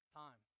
time